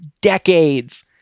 decades